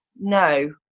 no